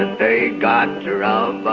and they got